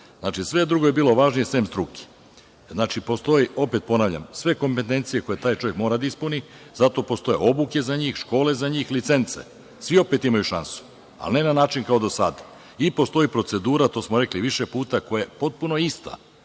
Znači, sve drugo je bilo važnije sem struke. Znači, postoji, opet ponavljam sve kompetencije koje taj čovek mora da ispuni i zato postoje obuke za njih, škole za njih, licence. Svi opet imaju šansu, a ne na način kao do sada. I, postoji procedura to smo rekli više puta, koja je potpuno ista,